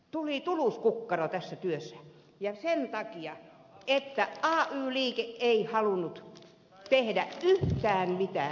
tuli tuluskukkaro tässä työssä ja sen takia että ay liike ei halunnut tehdä yhtään mitään